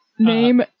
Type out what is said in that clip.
Name